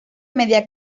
media